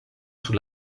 sur